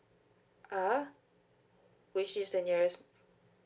uh !huh! which is the nearest